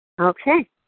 Okay